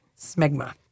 smegma